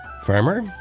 Farmer